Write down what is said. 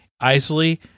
Isley